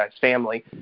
family